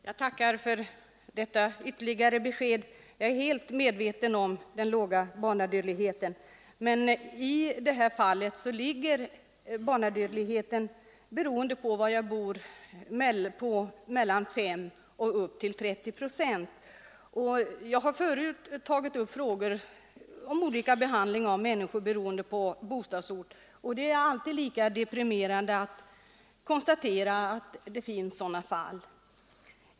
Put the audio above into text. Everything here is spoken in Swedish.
Herr talman! Jag tackar för detta ytterligare besked. Jag är helt medveten om den låga barnadödligheten, men i det här fallet varierar barnadödligheten, beroende på var man bor, från 5 upp till 30 procent. Jag har förut tagit upp frågor om olika behandling av människor beroende på bostadsort, och det är alltid lika deprimerande att konstatera att det finns sådana fall.